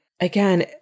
again